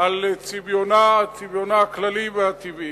על צביונה הכללי והטבעי.